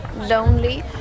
lonely